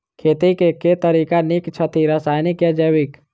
खेती केँ के तरीका नीक छथि, रासायनिक या जैविक?